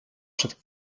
przed